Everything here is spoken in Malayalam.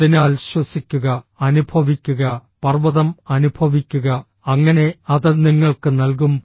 അതിനാൽ ശ്വസിക്കുക അനുഭവിക്കുക പർവ്വതം അനുഭവിക്കുക അങ്ങനെ അത് നിങ്ങൾക്ക് നൽകും